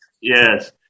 Yes